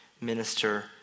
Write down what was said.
minister